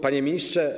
Panie Ministrze!